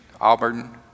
Auburn